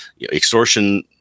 extortion